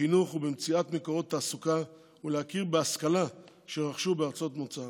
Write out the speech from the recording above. בחינוך ובמציאת מקורות תעסוקה ולהכיר בהשכלה שרכשו בארצות מוצאם.